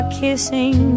kissing